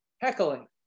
heckling